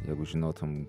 jeigu žinotum